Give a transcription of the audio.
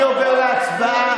אני עובר להצבעה.